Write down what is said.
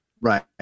Right